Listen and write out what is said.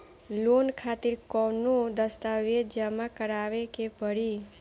Loan खातिर कौनो दस्तावेज जमा करावे के पड़ी?